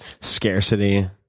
scarcity